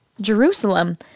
Jerusalem